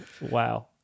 Wow